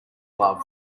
love